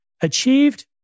achieved